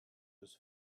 was